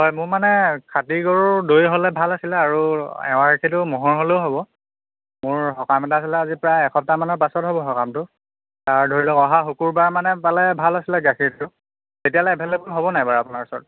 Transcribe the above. হয় মোৰ মানে খাতি গৰুৰ দৈ হ'লে ভাল আছিলে আৰু এঁৱা গাখীৰটো ম'হৰ হ'লেও হ'ব মোৰ সকাম এটা আছিলে আজি প্ৰায় এসপ্তাহ মানৰ পাছত হ'ব সকামটো আৰু ধৰি লওক অহা শুকুৰবাৰ মানে পালে ভাল আছিলে গাখীৰটো তেতিয়ালে এভেইলে'বল হ'ব নাই বাৰু আপোনাৰ ওচৰত